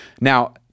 Now